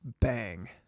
Bang